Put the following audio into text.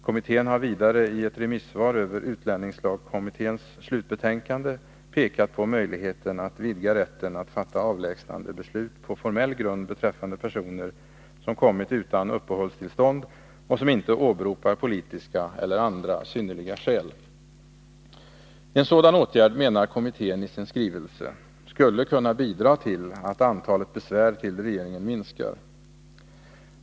Kommittén har vidare ii ett remissvar över utlänningslagkommitténs slutbetänkande pekat på möjligheten att vidga rätten att fatta avlägsnandebeslut på formell grund beträffande personer som kommit utan uppehållstillstånd och som inte åberopar politiska eller andra synnerliga skäl. En sådan åtgärd, menar kommittén i sin skrivelse, skulle kunna bidra till att antalet besvär till regeringen minskar.